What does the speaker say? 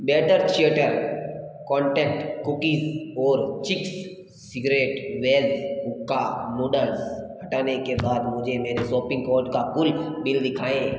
batter chatter contact cookies और Ching's secret veg hakka noodles हटाने के बाद मुझे मेरे शॉपिंग कार्ट का कुल बिल दिखाएँ